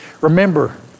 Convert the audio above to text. remember